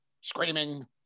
screaming